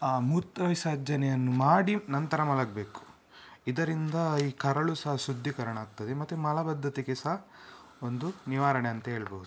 ಆ ಮೂತ್ರವಿಸರ್ಜನೆಯನ್ನು ಮಾಡಿ ನಂತರ ಮಲಗಬೇಕು ಇದರಿಂದ ಈ ಕರಳು ಸಹ ಶುದ್ದೀಕರಣ ಆಗ್ತದೆ ಮತ್ತೆ ಮಲಬದ್ದತೆಗೆ ಸಹ ಒಂದು ನಿವಾರಣೆ ಅಂತ ಹೇಳ್ಬೋದು